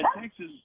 Texas